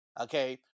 Okay